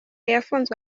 yafunzwe